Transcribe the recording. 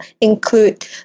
include